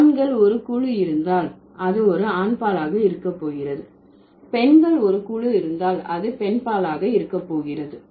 ஆண்கள் ஒரு குழு இருந்தால் அது ஒரு ஆண்பால் ஆக இருக்க போகிறது பெண்கள் ஒரு குழு இருந்தால் அது பெண்பால் ஆக இருக்க போகிறது